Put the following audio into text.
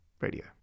Radio